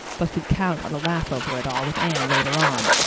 but could count on a laugh over it all with anne later on.